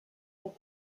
are